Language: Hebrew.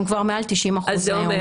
הם כבר מעל 90% אומיקרון.